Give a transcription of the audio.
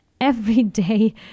everyday